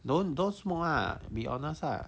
don't don't smoke lah be honest lah